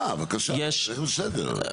אה, בבקשה, בסדר.